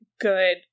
good